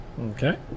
Okay